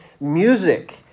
music